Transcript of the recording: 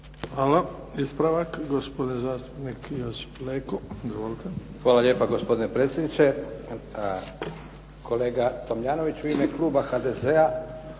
Hvala. Ispravak gospodin zastupnik Josip Leko. Izvolite. **Leko, Josip (SDP)** Hvala lijepa gospodine predsjedniče. Kolega Tomljanović u ime kluba HDZ-a